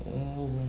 oh